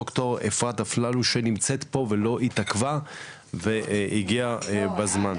דוקטור אפרת אפללו שנמצאת פה ולא התעכבה והגיעה בזמן.